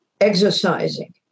exercising